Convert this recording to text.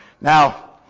Now